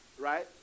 right